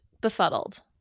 befuddled